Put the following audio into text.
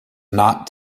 not